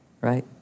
right